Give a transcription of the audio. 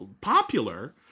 popular